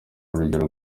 urugero